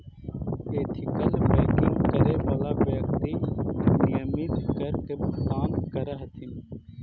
ethical banking करे वाला व्यक्ति नियमित कर के भुगतान करऽ हथिन